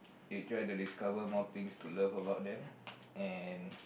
you try to discover more things to love about them and